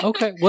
Okay